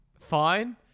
Fine